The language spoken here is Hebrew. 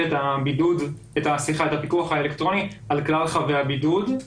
את הפיקוח האלקטרוני על כלל חבי הבידוד.